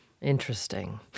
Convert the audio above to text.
Interesting